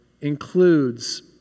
includes